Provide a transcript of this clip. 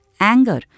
anger